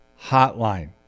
hotline